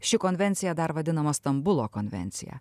ši konvencija dar vadinamą stambulo konvencija